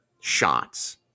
shots